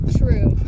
true